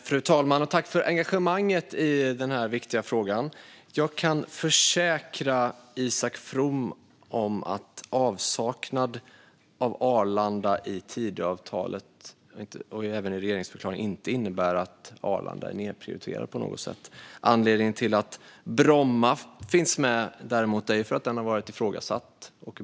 Fru talman! Tack, ledamöterna, för engagemanget i denna viktiga fråga! Jag kan försäkra Isak From om att avsaknaden av Arlanda i Tidöavtalet och regeringsförklaringen inte innebär att Arlanda är nedprioriterat på något sätt. Anledningen till att Bromma däremot finns med är att den flygplatsen har varit ifrågasatt.